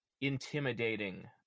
intimidating